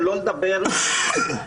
שלא לדבר על מערכת החינוך.